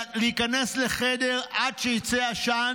להיכנס לחדר עד שיצא עשן,